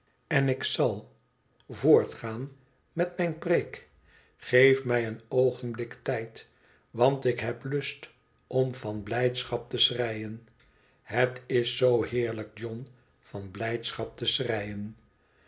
en ik zal voortgaan met mijne preek geef mij een oogenblik tijd want ik heb lust om van blijdschap te schreien het is zoo heerlijk john van blijdschap te schreien